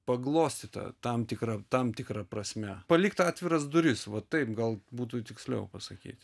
paglostyta tam tikra tam tikra prasme palikti atviras duris va taip gal būtų tiksliau pasakyti